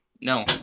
no